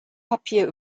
papier